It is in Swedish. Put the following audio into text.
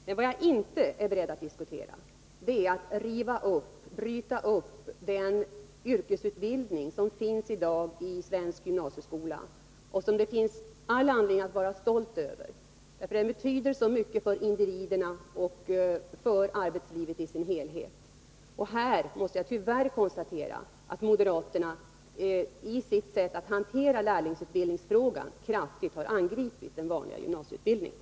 Men vad jag inte är beredd att diskutera det är att riva och bryta upp den yrkesutbildning som finns i dag i svensk gymnasieskola, och som det finns all anledning att vara stolt över. Den betyder så mycket för individerna och för arbetslivet i dess helhet. Här måste jag tyvärr konstatera att moderaterna i sitt sätt att hantera lärlingsutbildningsfrågan kraftigt har angripit den vanliga gymnasieutbildningen.